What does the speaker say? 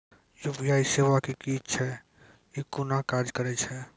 UPI सेवा की छियै? ई कूना काज करै छै?